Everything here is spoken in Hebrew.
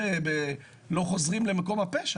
לא חוזרים למקום הפשע.